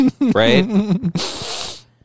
right